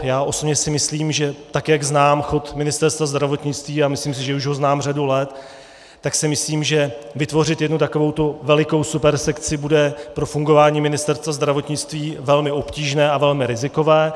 Já osobně si myslím, že tak jak znám chod Ministerstva zdravotnictví, a myslím si, že už ho znám řadu let, tak si myslím, že vytvořit jednu takovou velikou supersekci bude pro fungování Ministerstva zdravotnictví velmi obtížné a velmi rizikové.